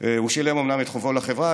הוא שילם אומנם את חובו לחברה,